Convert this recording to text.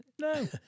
No